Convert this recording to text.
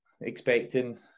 expecting